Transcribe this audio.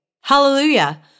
Hallelujah